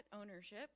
ownership